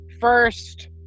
first